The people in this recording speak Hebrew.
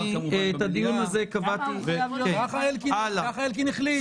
את הדיון הזה קבעתי --- ככה אלקין החליט.